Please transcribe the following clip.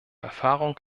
erfahrung